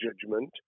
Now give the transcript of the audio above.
judgment